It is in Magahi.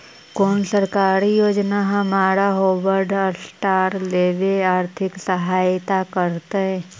कोन सरकारी योजना हमरा हार्वेस्टर लेवे आर्थिक सहायता करतै?